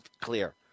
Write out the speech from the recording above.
clear